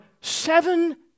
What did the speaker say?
seven